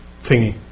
thingy